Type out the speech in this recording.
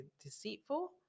deceitful